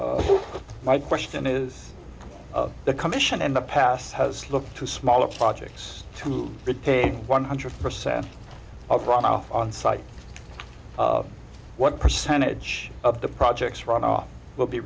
my question is the commission in the past has looked to smaller projects to get paid one hundred percent of runoff on site of what percentage of the projects runoff will be